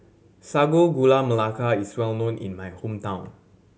Sago Gula Melaka is well known in my hometown